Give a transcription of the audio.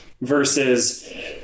versus